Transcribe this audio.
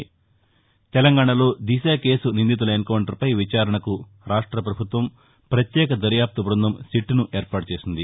ను తెలంగాణలో దిశ కేసు నిందితుల ఎన్కౌంటర్పై విచారణకు రాష్ట్ర పభుత్వం పత్యేక దర్యాప్తు న్న బృందం సిట్ను ఏర్పాటు చేసింది